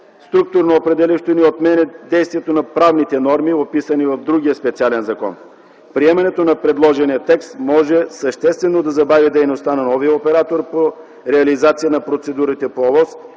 структурно определящо и не отменя действието на правните норми, описани в другия специален закон. Приемането на предложения текст може съществено да забави дейността на новия оператор по реализация на процедурите по ОВОС,